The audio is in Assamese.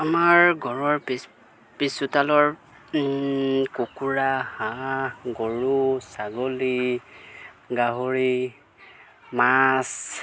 আমাৰ ঘৰৰ পিছ পিছ চোতালৰ কুকুৰা হাঁহ গৰু ছাগলী গাহৰি মাছ